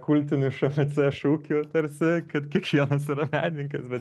kultiniu šmc šūkiu tarsi kad kiekvienas yra menininkas bet